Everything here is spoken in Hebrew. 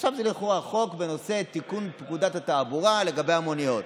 עכשיו זה לכאורה חוק בנושא תיקון פקודת התעבורה לגבי המוניות.